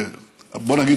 בוא נגיד,